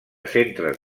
centres